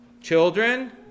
children